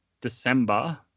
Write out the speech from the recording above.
December